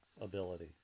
ability